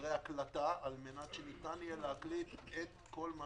חדרי הקלטה כדי שניתן יהיה להקליט את כל מה